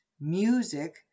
music